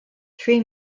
three